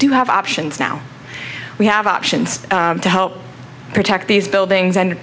do have options now we have options to help protect these buildings and t